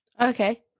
okay